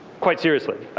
quite seriously.